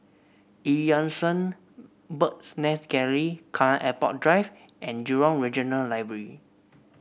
Eu Yan Sang Bird's Nest Gallery Kallang Airport Drive and Jurong Regional Library